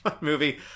Movie